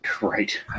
Right